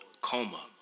coma